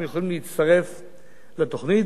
הם יכולים להצטרף לתוכנית.